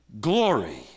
glory